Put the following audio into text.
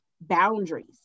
boundaries